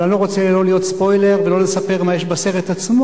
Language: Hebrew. אבל אני לא רוצה להיות ספוילר ולספר מה יש בסרט עצמו,